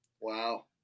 Wow